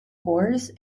cores